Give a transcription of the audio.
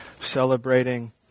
celebrating